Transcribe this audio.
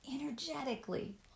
energetically